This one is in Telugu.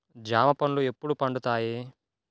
జామ పండ్లు ఎప్పుడు పండుతాయి?